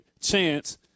chance